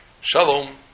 Shalom